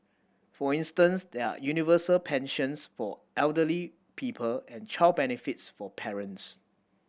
for instance there are universal pensions for elderly people and child benefits for parents